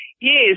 Yes